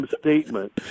statement